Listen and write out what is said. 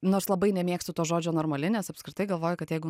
nors labai nemėgstu to žodžio normali nes apskritai galvoju kad jeigu